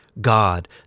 God